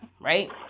right